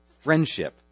friendship